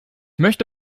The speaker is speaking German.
möchte